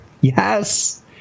Yes